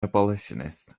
abolitionist